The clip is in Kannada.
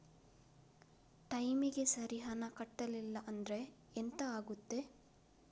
ಟೈಮಿಗೆ ಸರಿ ಹಣ ಕಟ್ಟಲಿಲ್ಲ ಅಂದ್ರೆ ಎಂಥ ಆಗುತ್ತೆ?